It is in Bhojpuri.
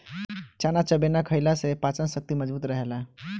चना चबेना खईला से पाचन शक्ति मजबूत रहेला